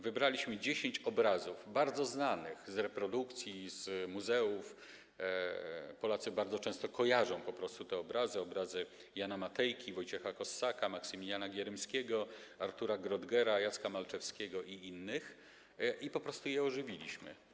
Wybraliśmy 10 obrazów, bardzo znanych z reprodukcji, z muzeów - Polacy bardzo często po prostu kojarzą te obrazy, obrazy Jana Matejki, Wojciecha Kossaka, Maksymiliana Gierymskiego, Artura Grottgera, Jacka Malczewskiego i innych - i po prostu je ożywiliśmy.